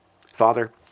Father